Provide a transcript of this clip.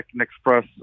express